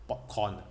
popcorn